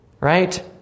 right